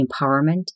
empowerment